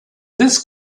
this